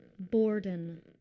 Borden